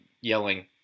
yelling